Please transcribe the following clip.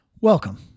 Welcome